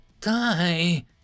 die